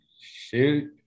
Shoot